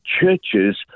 churches